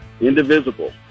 indivisible